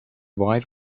wide